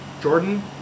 Jordan